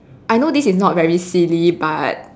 I know this is not very silly but